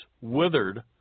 withered